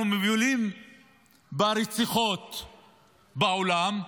אנחנו מובילים ברציחות בעולם,